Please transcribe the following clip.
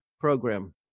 program